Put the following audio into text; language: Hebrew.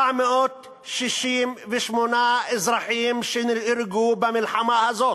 1,468 אזרחים שנהרגו במלחמה הזאת.